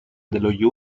dello